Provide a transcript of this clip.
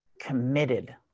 committed